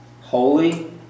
Holy